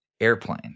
Airplane